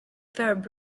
verb